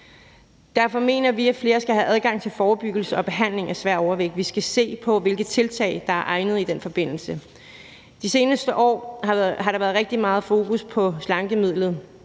Derfor mener vi, at flere skal have adgang til forebyggelse og behandling af svær overvægt. Vi skal se på, hvilke tiltag der er egnede i den forbindelse. Det seneste år har der været rigtig meget fokus på slankemidlet